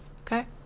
Okay